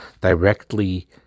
directly